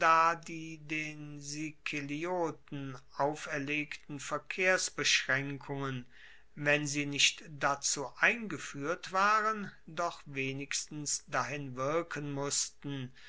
die den sikelioten auferlegten verkehrsbeschraenkungen wenn sie nicht dazu eingefuehrt waren doch wenigstens dahin wirken mussten